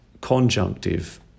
conjunctive